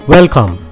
Welcome